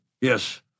Yes